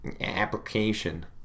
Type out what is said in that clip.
application